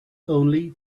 only